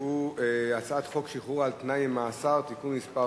שהוא הצעת חוק שחרור על-תנאי ממאסר (תיקון מס'